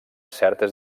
certes